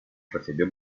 recibió